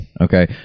Okay